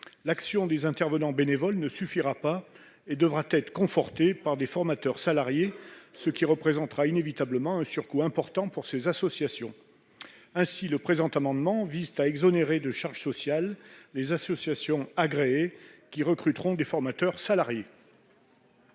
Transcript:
l'action des intervenants bénévoles ne suffira pas et devra être renforcée par l'emploi de formateurs salariés, ce qui représentera inévitablement un surcoût important. Cet amendement vise ainsi à exonérer de charges sociales les associations agréées qui recruteront des formateurs salariés.